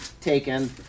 taken